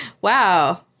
wow